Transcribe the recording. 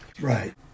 Right